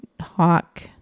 hawk